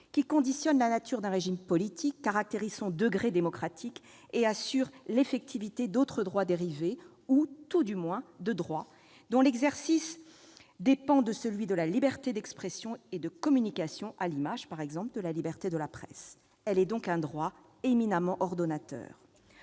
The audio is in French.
qui conditionne la nature d'un régime politique, caractérise son degré démocratique et assure l'effectivité d'autres droits dérivés ou, tout du moins, de droits dont l'exercice dépend de celui de la liberté d'expression et de communication, à l'image, par exemple, de la liberté de la presse. Elle est donc un droit éminemment ordonnateur.